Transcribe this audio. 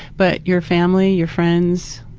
but your family, your friends,